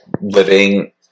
living